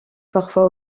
parfois